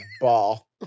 ball